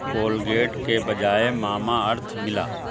Colgate کے بجائے Mamaearth ملا